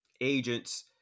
agents